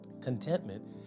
Contentment